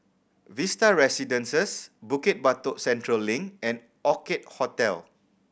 Vista Residences Bukit Batok Central Link and Orchid Hotel